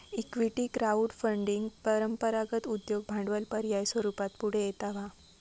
equity crowd funding परंपरागत उद्योग भांडवल पर्याय स्वरूपात पुढे येता हा